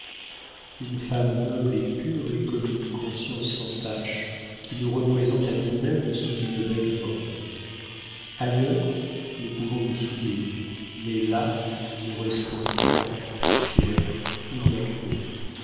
une femme noble et pure est comme une conscience sans tache qui nous représente à nous-mêmes sous une belle forme ailleurs nous pouvons nous souiller mais là nous restons grands fiers immaculés